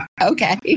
Okay